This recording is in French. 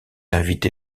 invité